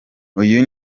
uyu